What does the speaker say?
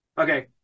Okay